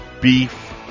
beef